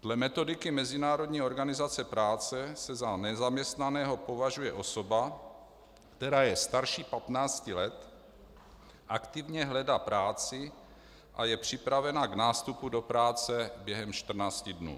Dle metodiky Mezinárodní organizace práce se za nezaměstnaného považuje osoba, která je starší patnácti let, aktivně hledá práci a je připravena k nástupu do práce během 14 dnů.